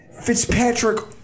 Fitzpatrick